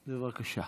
בבקשה.